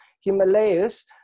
himalayas